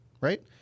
right